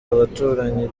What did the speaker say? abaturanyi